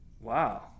wow